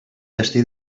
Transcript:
destí